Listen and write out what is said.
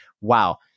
wow